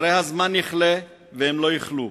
הרי הזמן יכלה והן לא יכלו.